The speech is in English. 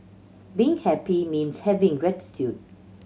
being happy means having gratitude